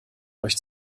euch